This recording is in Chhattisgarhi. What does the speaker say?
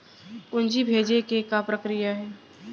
पूंजी भेजे के का प्रक्रिया हे?